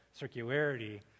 circularity